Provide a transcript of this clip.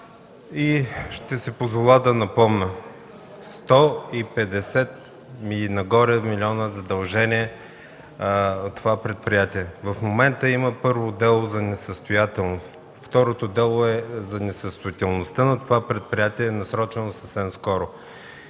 и петдесет и нагоре милиона задължения има това предприятие. В момента има първо дело за несъстоятелност. Второто дело за несъстоятелността на това предприятие е насрочено за съвсем скоро.